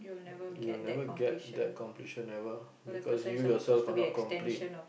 you will never get that completion ever because you yourself are not complete